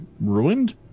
ruined